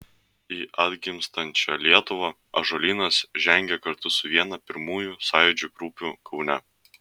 į atgimstančią lietuvą ąžuolynas žengė kartu su viena pirmųjų sąjūdžio grupių kaune